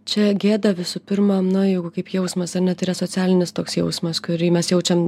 čia gėda visų pirma nu jeigu kaip jausmas ar ne tai yra socialinis toks jausmas kurį mes jaučiam